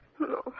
No